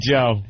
Joe